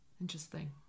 Interesting